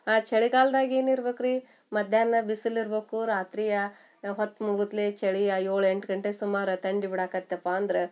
ಆ ಚಳಿಗಾಲ್ದಾಗ ಏನು ಇರ್ಬೇಕು ರೀ ಮಧ್ಯಾಹ್ನ ಬಿಸಿಲು ಇರಬೇಕು ರಾತ್ರಿಯ ಹೊತ್ತು ಮುಗುತ್ಲೇ ಚಳಿಯ ಏಳು ಎಂಟು ಗಂಟೆ ಸುಮಾರ ತಂಡಿ ಬಿಡಾಕೆ ಆತ್ಯಪ್ಪಾ ಅಂದ್ರೆ